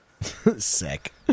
Sick